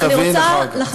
סגנית השר?